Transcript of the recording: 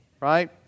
right